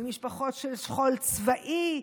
במשפחות של שכול צבאי,